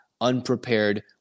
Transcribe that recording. unprepared